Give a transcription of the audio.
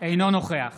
אינו נוכח